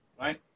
right